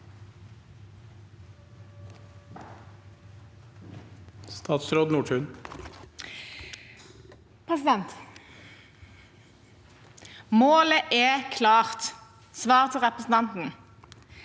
Målet er klart! Svaret til representanten